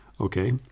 Okay